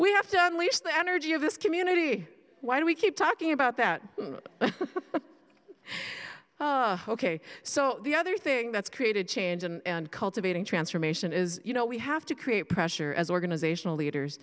unleash the energy of this community why do we keep talking about that ok so the other thing that's created change and cultivating transformation is you know we have to create pressure as organizational leaders